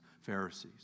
Pharisees